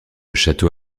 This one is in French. château